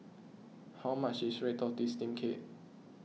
how much is Red Tortoise Steamed Cake